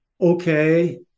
okay